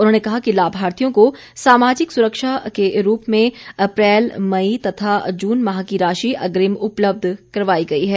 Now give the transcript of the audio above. उन्होंने कहा कि लाभार्थियों को सामाजिक सुरक्षा के रूप में अप्रैल मई तथा जून माह की राशि अग्रिम उपलब्ध करवाई गई है